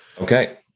Okay